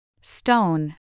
Stone